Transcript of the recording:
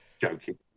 Joking